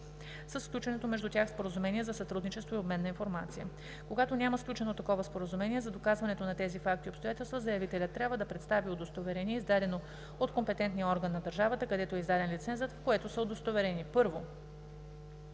със сключеното между тях споразумение за сътрудничество и обмен на информация. Когато няма сключено такова споразумение, за доказването на тези факти и обстоятелства заявителят трябва да представи удостоверение, издадено от компетентния орган на държавата, където е издаден лицензът, в което са удостоверени: 1.